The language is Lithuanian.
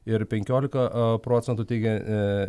ir penkiolika procentų teigia